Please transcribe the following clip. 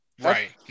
Right